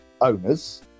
owners